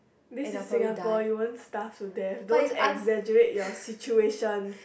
this is Singapore you wouldn't starve to death don't exaggerate your situation